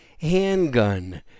handgun